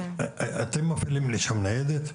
אתם שולחים לשם ניידת?